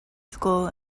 school